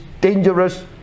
dangerous